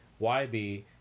YB